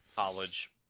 College